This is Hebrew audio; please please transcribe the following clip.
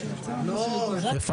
חברים.